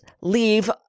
leave